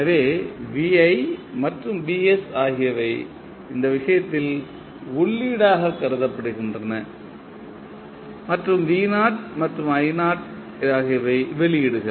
எனவே மற்றும் ஆகியவை இந்த விஷயத்தில் உள்ளீடாகக் கருதப்படுகின்றன மற்றும் மற்றும் ஆகியவை வெளியீடுகள்